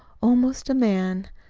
almost a man.